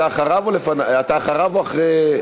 אתה אחריו או אחרי,